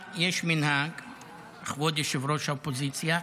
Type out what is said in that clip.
כבוד ראש האופוזיציה,